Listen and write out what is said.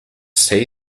say